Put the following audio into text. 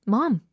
Mom